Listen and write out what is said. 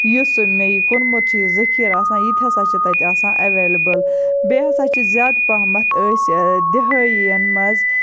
یُس مےٚ یہِ کُنمُت چھُ یہِ ذٔخیٖر آسان یِتہِ ہَسا چھُ تَتہِ آسان ایٚولیبٕل بیٚیہِ ہَسا چھِ زیادٕ پَہمَتھ أسۍ دِہٲیِیَن مَنٛز